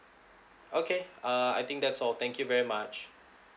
okay uh I think that's all thank you very much